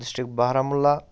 district Baramulla